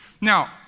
Now